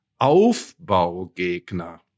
Aufbaugegner